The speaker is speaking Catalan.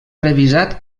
revisat